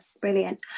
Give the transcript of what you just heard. Brilliant